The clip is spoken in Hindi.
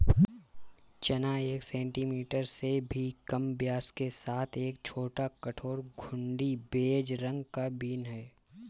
चना एक सेंटीमीटर से भी कम व्यास के साथ एक छोटा, कठोर, घुंडी, बेज रंग का बीन है